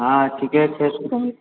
हाँ ठीके छै